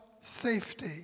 safety